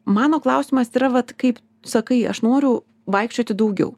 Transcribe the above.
mano klausimas yra vat kaip sakai aš noriu vaikščioti daugiau